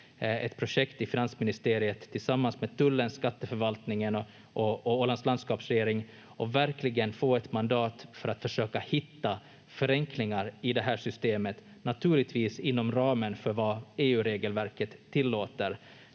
ett projekt i finansministeriet tillsammans med Tullen, Skatteförvaltningen och Ålands landskapsregering och verkligen få ett mandat för att försöka hitta förenklingar i det här systemet, naturligtvis inom ramen för vad EU-regelverket tillåter,